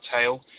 Tail